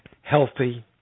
healthy